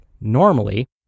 normally